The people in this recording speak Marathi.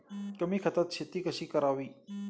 कमी खतात शेती कशी करावी?